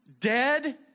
dead